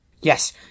Yes